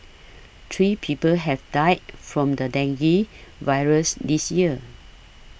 three people have died from the dengue virus this year